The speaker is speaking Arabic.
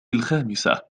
الخامسة